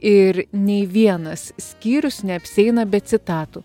ir nei vienas skyrius neapsieina be citatų